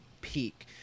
peak